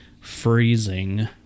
freezing